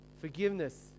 Forgiveness